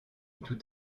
tout